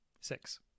Six